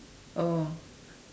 oh